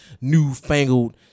newfangled